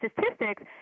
statistics